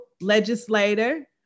legislator